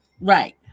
Right